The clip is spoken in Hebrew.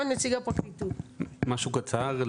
משהו קצר.